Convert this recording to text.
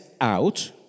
out